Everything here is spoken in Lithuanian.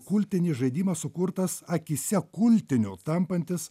kultinį žaidimą sukurtas akyse kultiniu tampantis